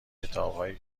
کتابای